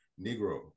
negro